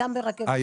ברכבת ישראל.